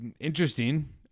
interesting